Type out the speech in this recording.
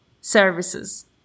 services